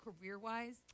career-wise